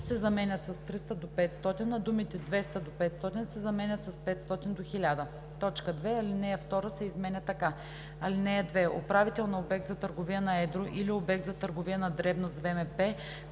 се заменят с „300 до 500“, а думите „200 до 500“ се заменят с „500 до 1000“. 2. Алинея 2 се изменя така: „(2) Управител на обект за търговия на едро или обект за търговия на дребно с ВМП,